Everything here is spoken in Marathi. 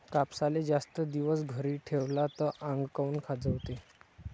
कापसाले जास्त दिवस घरी ठेवला त आंग काऊन खाजवते?